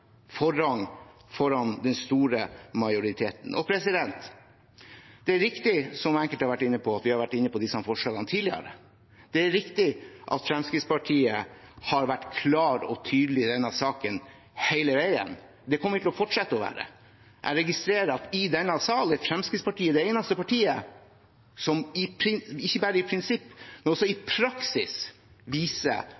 forrang foran den store majoriteten. Det er riktig som enkelte har vært inne på, at vi har vært inne på disse forslagene tidligere. Det er riktig at Fremskrittspartiet har vært klare og tydelige i denne saken hele veien. Det kommer vi til å fortsette å være. Jeg registrerer at i denne salen er Fremskrittspartiet det eneste partiet som ikke bare i prinsipp, men også i